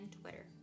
Twitter